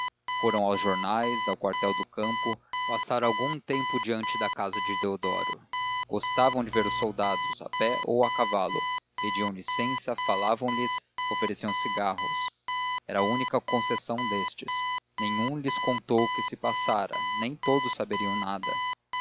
foram aos jornais ao quartel do campo e passaram algum tempo diante da casa de deodoro gostavam de ver os soldados a pé ou a cavalo pediam licença falavam lhes ofereciam cigarros era a única concessão destes nenhum lhes contou o que se passara nem todos saberiam nada